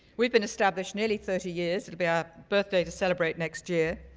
we've been established nearly thirty years, it'll be our birthday to celebrate next year.